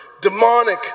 demonic